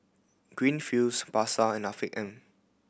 Greenfields Pasar and Afiq M